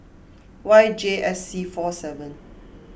Y J S C four seven